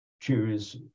choose